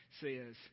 says